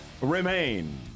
Remain